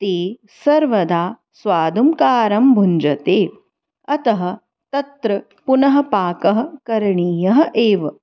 ते सर्वदा स्वादुङ्कारं भुञ्जते अतः तत्र पुनः पाकः करणीयः एव